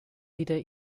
wieder